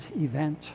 event